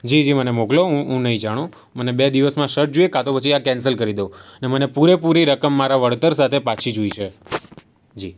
જી જી મને મોકલો હું હું નહિ જાણું મને બે દિવસમાં શર્ટ જોઈએ કા તો પછી આ કેન્સલ કરી દો ને મને પૂરેપૂરી રકમ મારા વળતર સાથે પાછી જોઈ છે જી